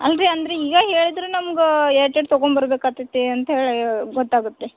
ಅಲ್ಲ ರೀ ಅಂದ್ರೆ ಈಗ ಹೇಳಿದ್ರೆ ನಮ್ಗೆ ಎಷ್ಟೆಷ್ಟ್ ತಗೊಬರ್ಬೇಕಾಗ್ತತಿ ಅಂತ್ಹೇಳಿ ಗೊತ್ತಾಗುತ್ತೆ